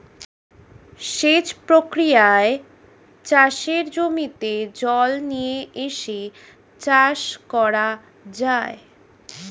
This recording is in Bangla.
সেচ প্রক্রিয়ায় চাষের জমিতে জল নিয়ে এসে চাষ করা যায়